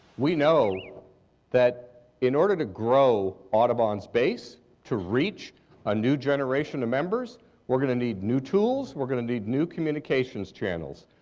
we know that in order to grow audubon's base to reach a new generation of members we're going to need new tools, we're going to need new communications channels.